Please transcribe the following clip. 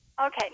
Okay